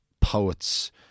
poets